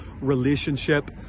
relationship